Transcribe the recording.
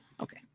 Okay